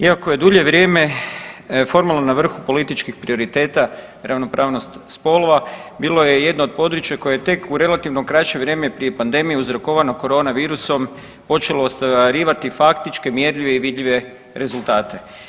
Iako je dulje vrijeme formalno na vrhu političkih prioriteta ravnopravnost spolova bilo je jedno od područja koje je tek u relativno kraće vrijeme prije pandemije uzrokovano corona virusom počelo ostvarivati faktičke, mjerljive i vidljive rezultate.